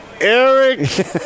Eric